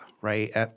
right